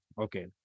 okay